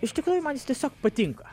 iš tikrųjų man jis tiesiog patinka